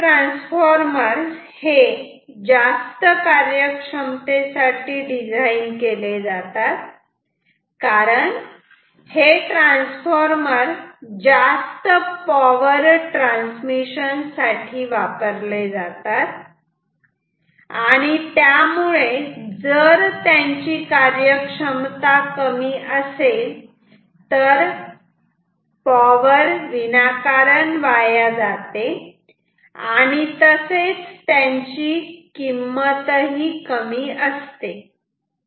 power transformer हे जास्त कार्यक्षमतेसाठी डिझाईन केले जातात कारण हे ट्रान्सफॉर्मर जास्त पॉवर ट्रान्समिशन साठी वापरले जातात आणि त्यामुळे जर त्यांची कार्यक्षमता कमी असेल तर पॉवर वाया जाते आणि तसेच त्यांची किंमतही कमी असते